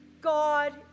God